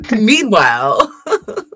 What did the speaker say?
Meanwhile